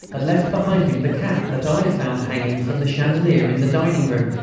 had left behind him the cap that i had found hanging from the chandelier in the dining-room.